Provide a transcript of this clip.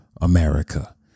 America